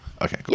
Okay